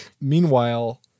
meanwhile